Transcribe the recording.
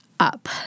Up